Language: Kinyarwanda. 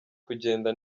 kugenda